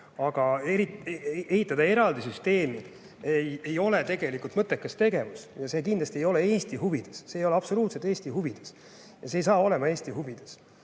Aga ehitada eraldi süsteemi – see ei ole mõttekas tegevus ja see ei ole kindlasti Eesti huvides. See ei ole absoluutselt Eesti huvides ja see ei hakka olema Eesti huvides.